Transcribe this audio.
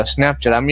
Snapchat